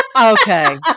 Okay